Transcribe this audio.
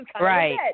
Right